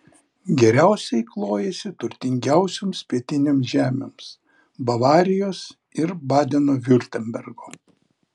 geriausiai klojasi turtingiausioms pietinėms žemėms bavarijos ir badeno viurtembergo